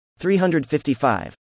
355